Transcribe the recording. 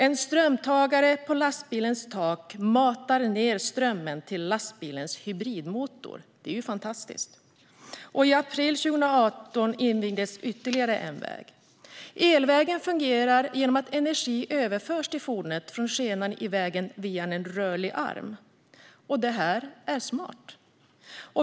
En strömavtagare på lastbilens tak matar ned strömmen till lastbilens hybridmotor - det är ju fantastiskt. I april 2018 invigdes ytterligare en väg. Elvägen fungerar genom att energi överförs till fordonet från skenan i vägen via en rörlig arm. Det är smart.